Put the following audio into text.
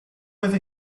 with